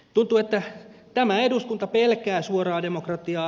tuntuu että tämä eduskunta pelkää suoraa demokratiaa